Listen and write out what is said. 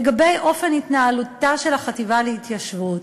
לגבי אופן התנהלותה של החטיבה להתיישבות,